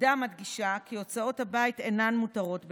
הפקודה מדגישה כי הוצאות הבית אינן מותרות בניכוי.